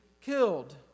killed